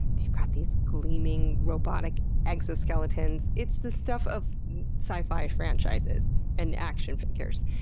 they've got these gleaming, robotic exoskeletons. it's the stuff of sci-fi franchises and action figures.